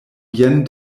jen